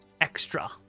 extra